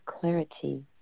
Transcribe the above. clarity